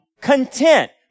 content